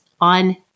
on